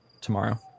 tomorrow